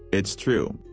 it's true.